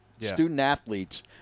student-athletes